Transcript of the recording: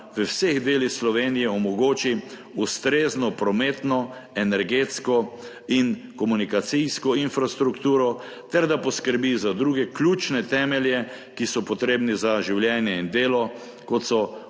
v vseh delih Slovenije omogoči ustrezno prometno, energetsko in komunikacijsko infrastrukturo ter da poskrbi za druge ključne temelje, ki so potrebni za življenje in delo, kot so